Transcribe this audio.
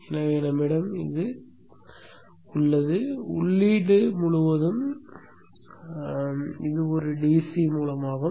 எனவே நம்மிடம் இது உள்ளது உள்ளீட்டு மூலமும் இதுவும் ஒரு DC மூலமாகும்